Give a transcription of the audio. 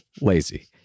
lazy